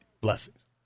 Blessings